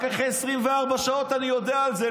רק אחרי 24 שעות אני יודע על זה,